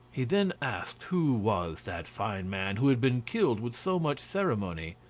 he then asked who was that fine man who had been killed with so much ceremony.